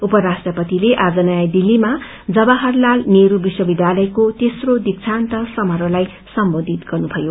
उपराष्ट्रपतिले आज नियाँ दिल्लीमा जवाहरसाल नेहरू विश्वविद्यालयको तेप्नो रीकान्त समारोहलाई सम्बोधित गर्नुथयो